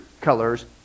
colors